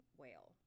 whale